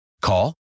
Call